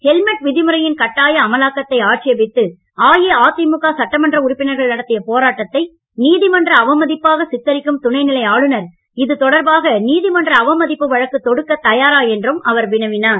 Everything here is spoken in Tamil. ஹெல்மெட் விதிமுறையின் கட்டாய அமலாக்கத்தை ஆட்சேபித்து அஇஅதிமுக சட்டமன்ற உறுப்பினர்கள் நடத்திய போராட்டத்தை நீதிமன்ற அவமதிப்பாக சித்தரிக்கும் துணைநிலை ஆளுநர் இது தொடர்பாக நீதிமன்ற அவமதிப்பு வழக்கு தொடுக்கத் தயாரா என்றும் அவர் வினவினார்